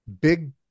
Big